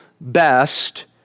best